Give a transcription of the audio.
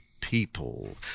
people